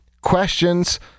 questions